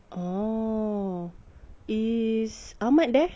oh is ahmad there